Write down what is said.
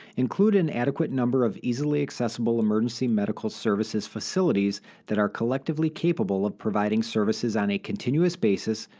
include an adequate number of easily accessible emergency medical services facilities that are collectively capable of providing services on a continuous basis,